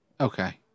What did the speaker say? Okay